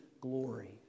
glory